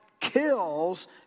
kills